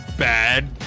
Bad